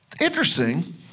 interesting